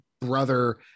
brother